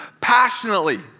passionately